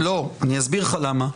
שמחה, תקשיב, אני אסביר לך למה.